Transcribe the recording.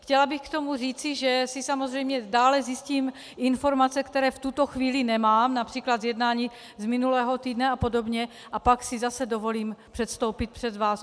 Chtěla bych k tomu říci, že si samozřejmě dále zjistím informace, které v tuto chvíli nemám, např. z jednání z minulého týdne apod., a pak si zase dovolím předstoupit před vás.